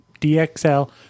DXL